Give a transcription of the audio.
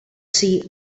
see